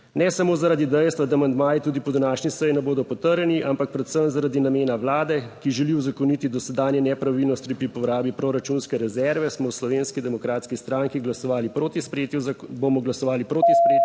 ne samo zaradi dejstva, da amandmaji tudi po današnji seji ne bodo potrjeni, ampak predvsem zaradi namena vlade, ki želi uzakoniti dosedanje nepravilnosti pri porabi proračunske rezerve smo v Slovenski demokratski stranki glasovali proti sprejetju,